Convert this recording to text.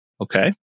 Okay